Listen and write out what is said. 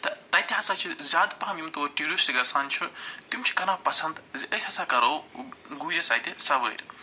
تہٕ تَتہِ ہسا چھِ زیادٕ پہَم یِم تور ٹوٗرِسٹ گژھان چھُ تِم چھِ کران پسَنٛد زِ أسۍ ہسا کَرَو گُرِس اَتہِ سَوٲرۍ